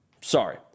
Sorry